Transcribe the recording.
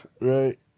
right